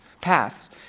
paths